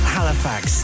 Halifax